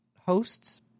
hosts